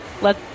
let